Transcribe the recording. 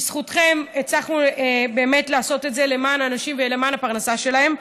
בזכותכם הצלחנו באמת לעשות את זה למען אנשים ולמען הפרנסה שלהם.